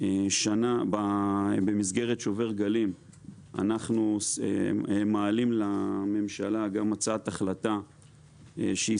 שבמסגרת שובר גלים אנחנו מעלים לממשלה גם הצעת החלטה שהיא